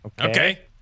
Okay